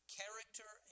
character